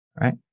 right